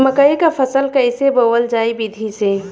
मकई क फसल कईसे बोवल जाई विधि से?